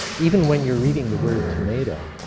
even when you're reading the word tomato,